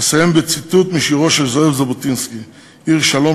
אסיים בציטוט משירו של זאב ז'בוטינסקי "עיר שלום",